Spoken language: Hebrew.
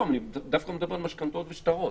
ואני דווקא מדבר על משכנתאות ושטרות,